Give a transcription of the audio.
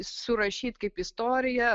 surašyt kaip istoriją